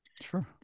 Sure